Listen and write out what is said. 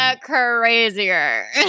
crazier